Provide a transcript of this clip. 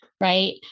Right